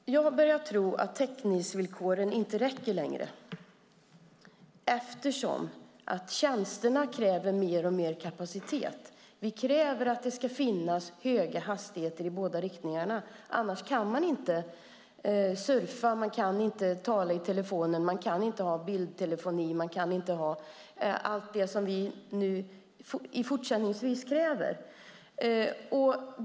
Herr talman! Jag börjar tro att täckningsvillkoren inte räcker längre, eftersom tjänsterna kräver mer och mer kapacitet. Vi kräver att det ska finnas höga hastigheter i båda riktningarna. Annars kan man inte surfa. Man kan inte tala i telefonen. Man kan inte ha bildtelefoni. Man kan inte ha allt det som vi fortsättningsvis kräver.